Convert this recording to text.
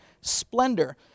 splendor